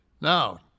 Now